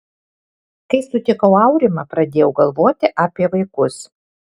kai sutikau aurimą pradėjau galvoti apie vaikus